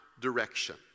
direction